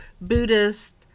Buddhist